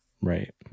Right